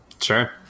Sure